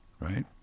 right